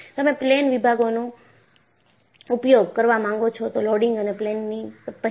તમે પ્લેન વિભાગનો ઉપયોગ કરવા માંગો છો તો લોડીંગ અને પ્લેન ની પહેલા